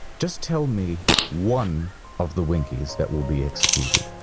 just tell me one of the winkeys that will be executed.